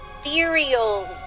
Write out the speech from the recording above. Ethereal